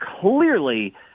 clearly